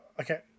okay